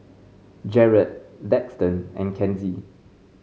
Jaret Daxton and Kenzie